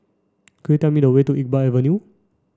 could you tell me the way to Iqbal Avenue